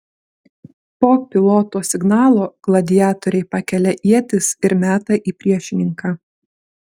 po piloto signalo gladiatoriai pakelia ietis ir meta į priešininką